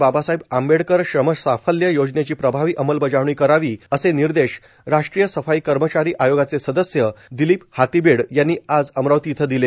बाबासाहेब आंबेडकर श्रमसाफल्य योजनेची प्रभावी अंमलबजावणी करावी असे निर्देश राष्ट्रीय सफाई कर्मचारी आयोगाचे सदस्य दिलीप हाथीबेड यांनी आज अमरावती इथं दिले